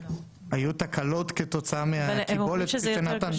היו תקלות כתוצאה מהקיבולת, כפי שנתן טוען?